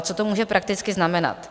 Co to může prakticky znamenat?